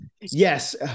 Yes